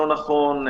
לא נכון,